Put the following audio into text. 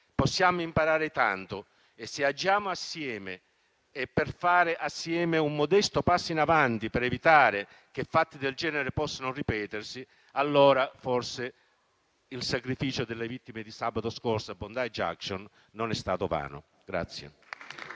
Possiamo imparare tanto e se agiamo assieme per fare assieme un modesto passo in avanti per evitare che fatti del genere possano ripetersi, allora forse il sacrificio delle vittime di sabato scorso di Bondi Junction non sarà stato vano.